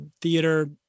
theater